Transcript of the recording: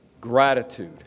Gratitude